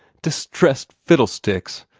distressed fiddlesticks!